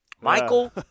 Michael